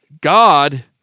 God